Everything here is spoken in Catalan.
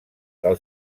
del